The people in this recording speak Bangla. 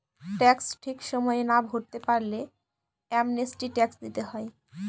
ট্যাক্স ঠিক সময়ে না ভরতে পারলে অ্যামনেস্টি ট্যাক্স দিতে হয়